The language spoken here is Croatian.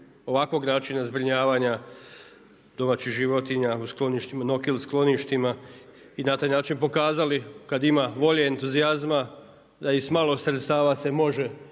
ovakvog načina zbrinjavanja domaćih životinja u skloništima, nokil skloništima i na taj način pokazali kada ima volje, entuzijazma da i sa malo sredstava se može